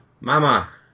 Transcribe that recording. Mama